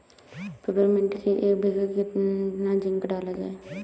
Peppermint की एक बीघा कितना जिंक डाला जाए?